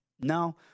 No